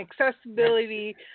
accessibility